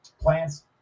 plants